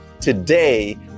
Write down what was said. today